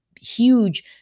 huge